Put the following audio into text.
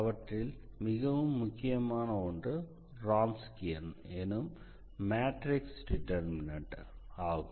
அவற்றில் மிகவும் முக்கியமான ஒன்று ரான்ஸ்கியன் எனும் மேட்ரிக்ஸ் டிடெர்மினண்ட் ஆகும்